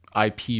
IP